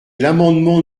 l’amendement